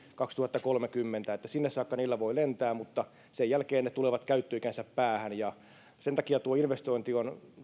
kaksituhattakolmekymmentä eli sinne saakka niillä voi lentää mutta sen jälkeen ne tulevat käyttöikänsä päähän sen takia tuo investointi on